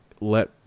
let